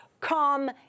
come